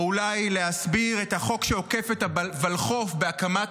או אולי להסביר את החוק שעוקף את הוולחו"ף בהקמת